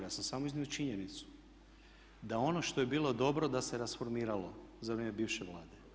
Ja sam samo iznio činjenicu da ono što je bilo dobro da se rasformiralo za vrijeme bivše Vlade.